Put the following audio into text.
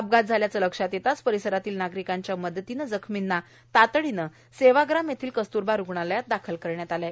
अपघात झाल्याचे लक्षात येताच परिसरातील नागरिकांच्या मदतीने सर्व जखर्मींना तातडीने सेवाग्राम येथील कस्तूरबा रुग्णालयात दाखल करण्यात आले आहे